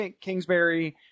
Kingsbury